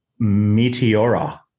Meteora